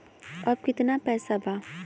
अब कितना पैसा बा?